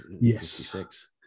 Yes